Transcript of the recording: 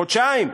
חודשיים?